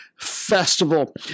Festival